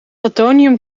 atomium